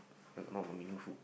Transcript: where got more meaningful